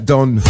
Don